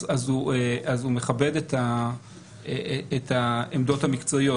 אז הוא מכבד את העמדות המקצועיות.